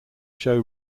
show